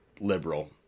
liberal